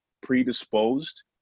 predisposed